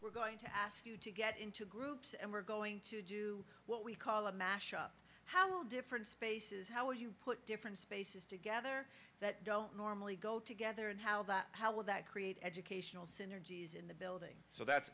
we're going to ask you to get into groups and we're going to do what we call a mash up how will different spaces how you put different spaces together that don't normally go together and how that how would that create educational cities in the building so that's